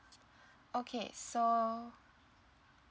okay so